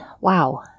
wow